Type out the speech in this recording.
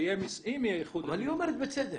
--- אבל היא אומרת בצדק,